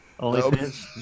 OnlyFans